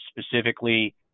specifically